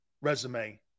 resume